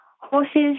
horses